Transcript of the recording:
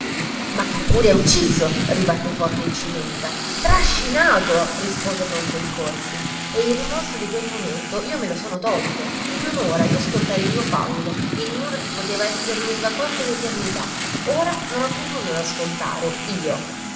ma che pure ha ucciso ribatté forte il cimetta trascinato rispose pronto il corsi e il rimorso di quel momento io me lo son tolto in un'ora io scontai il mio fallo in un'ora che poteva esser lunga quanto l'eternità ora non ho più nulla da scontare io